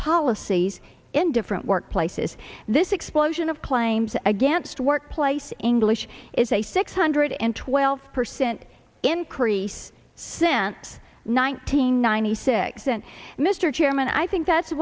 policies in different workplaces this explosion of claims against workplace english is a six hundred and twelve percent increase since one thousand nine hundred six and mr chairman i think that's